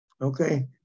Okay